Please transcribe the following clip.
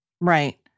Right